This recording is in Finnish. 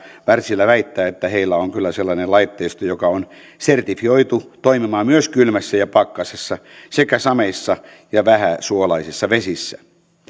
wärtsilä väittää että heillä on kyllä sellainen laitteisto joka on sertifioitu toimimaan myös kylmässä ja pakkasessa sekä sameissa ja vähäsuolaisissa vesissä